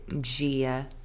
Gia